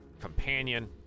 companion